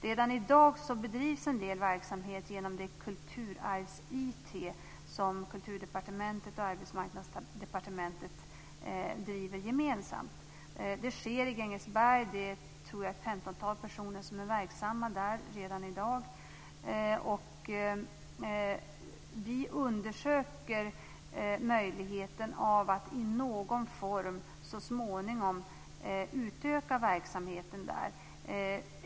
Redan i dag bedrivs en del verksamhet genom det kulturarvs-IT som Kulturdepartementet och Arbetsmarknadsdepartementet driver gemensamt. Det sker i Grängesberg, och det är ett femtontal personer som är verksamma där redan i dag. Vi undersöker möjligheten att i någon form så småningom utöka verksamheten.